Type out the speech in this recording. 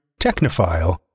technophile